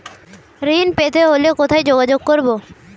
ঋণ পেতে হলে কোথায় যোগাযোগ করব?